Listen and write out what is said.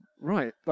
Right